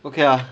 okay lah